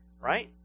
right